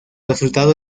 resultado